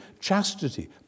chastity